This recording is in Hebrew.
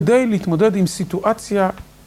כדי להתמודד עם סיטואציה